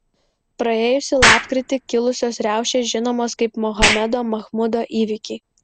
praėjusį lapkritį kilusios riaušės žinomos kaip mohamedo mahmudo įvykiai